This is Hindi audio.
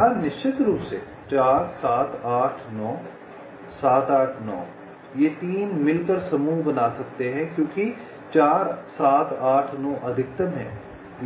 यहाँ निश्चित रूप से 4 7 8 9 7 8 9 ये 3 मिलकर समूह बना सकते हैं क्योंकि 4 7 8 9 अधिकतम है